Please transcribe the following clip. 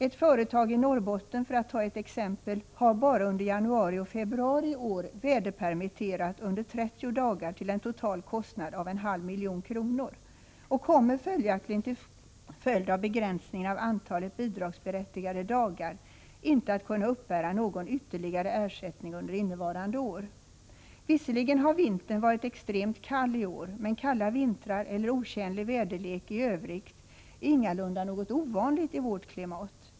Ett företag i Norrbotten — för att ta ett exempel — har bara under januari och februari i år väderpermitterat under 30 dagar till en total kostnad av en halv miljon kronor och kommer följaktligen till följd av begränsningen av antalet bidragsberättigade dagar inte att kunna uppbära någon ytterligare ersättning under innevarande år. Visserligen har vintern varit extremt kall i år, men kalla vintrar eller otjänlig väderlek i övrigt är ingalunda något ovanligt i vårt klimat.